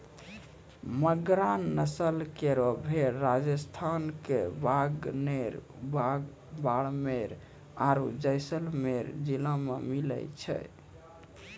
मगरा नस्ल केरो भेड़ राजस्थान क बीकानेर, बाड़मेर आरु जैसलमेर जिला मे मिलै छै